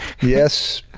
yes,